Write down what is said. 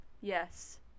Yes